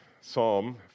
Psalm